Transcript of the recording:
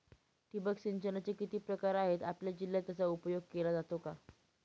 ठिबक सिंचनाचे किती प्रकार आहेत? आपल्या जिल्ह्यात याचा उपयोग केला जातो का?